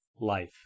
life